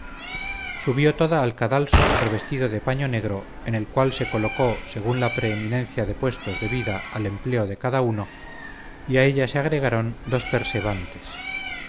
subió toda al cadalso revestido de paño negro en el cual se colocó según la preeminencia de puestos debida al empleo de cada uno y a ella se agregaron dos persevantes